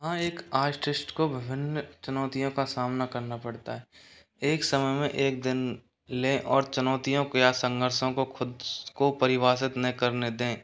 हाँ एक आर्टिस्ट को विभिन्न चुनौतियों का सामना करना पड़ता है एक समय में एक दिन लें और चुनौतियों को या संघर्षों को खुद को परिभाषित न करने दें